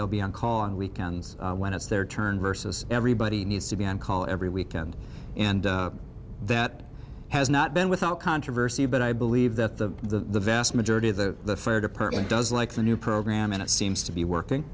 they'll be on call on weekends when it's their turn versus everybody needs to be on call every weekend and that has not been without controversy but i believe that the vast majority of the fire department does like the new program and its seems to be working